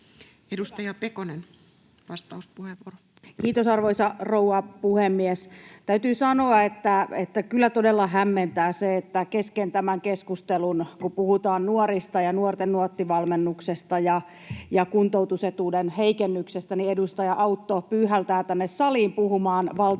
Edustaja Pekonen, vastauspuheenvuoro. Kiitos, arvoisa rouva puhemies! Täytyy sanoa, että kyllä todella hämmentää se, että kesken tämän keskustelun, kun puhutaan nuorista ja nuorten Nuotti-valmennuksesta ja kuntoutusetuuden heikennyksestä, edustaja Autto pyyhältää tänne saliin puhumaan valtiontalouden